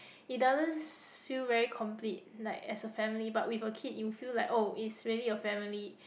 it doesn't s~ feel very complete like as a family but with a kid you will feel like oh it's really a family